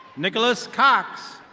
nicholas cox.